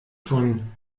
von